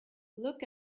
look